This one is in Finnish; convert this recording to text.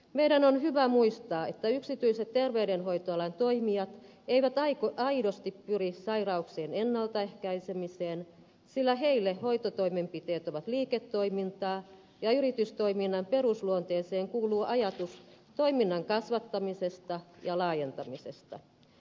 meidän on hyvä muistaa että yksityiset terveydenhoitoalan toimijat eivät aidosti pyri sairauksien ennalta ehkäisemiseen sillä heille hoitotoimenpiteet ovat liiketoimintaa ja yritystoiminnan perusluonteeseen kuuluu ajatus toiminnan kasvattamisesta ja laajentamisesta